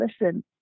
listen